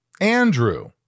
Andrew